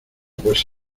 pues